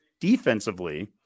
Defensively